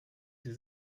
sie